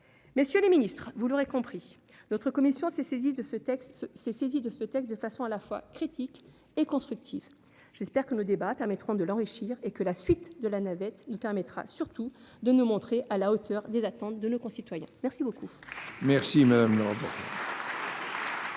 Messieurs les ministres, vous l'aurez compris, notre commission s'est saisie de ce texte de manière à la fois critique et constructive. J'espère que nos débats permettront de l'enrichir et que la suite de la navette nous permettra surtout de nous montrer à la hauteur des attentes de nos concitoyens. Très bien ! La parole est à M. le rapporteur